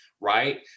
right